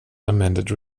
amended